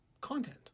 content